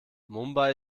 mumbai